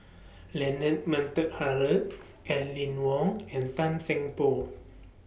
Leonard Montague Harrod Aline Wong and Tan Seng Poh